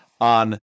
on